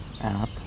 app